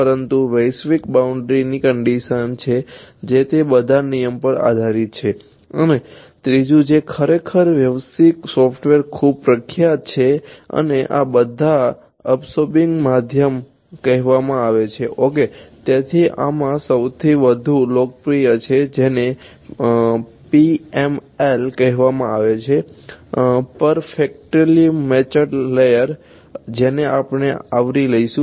પરંતુ તે વૈશ્વિક બાઉન્ડ્રી ની કંડીશન છે જે તે આ બધા નિયમો પર આધારીત છે અને ત્રીજું જે ખરેખર વ્યાવસાયિક સોફ્ટવેરમાં ખૂબ પ્રખ્યાત છે અને આ બધાને અબ્સોર્બિંગમાધ્યમો જેને આપણે આવરી લઈશું